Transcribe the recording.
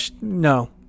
no